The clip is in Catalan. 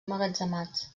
emmagatzemats